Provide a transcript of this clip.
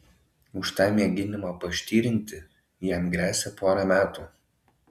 už tą mėginimą paštirinti jam gresia pora metų